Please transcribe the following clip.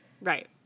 Right